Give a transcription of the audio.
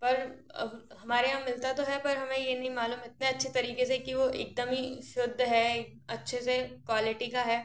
पर अब हमारे यहाँ मिलता तो है पर हमें यह नहीं मालूम इतने अच्छे तरीके से क्यों एक दम ही शुद्ध है अच्छे से क्वालिटी का है